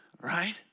Right